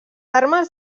armes